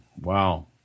Wow